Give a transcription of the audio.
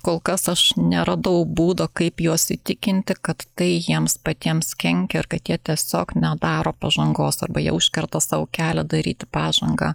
kol kas aš neradau būdo kaip juos įtikinti kad tai jiems patiems kenkia ar kad jie tiesiog nedaro pažangos arba jieužkerta sau kelia daryti pažangą